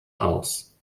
aus